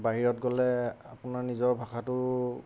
বাহিৰত গ'লে আপোনাৰ নিজৰ ভাষাটো